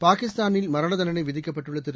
பாகிஸ்தானில் மரண தண்டனை விதிக்கப்பட்டுள்ள திரு